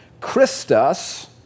Christus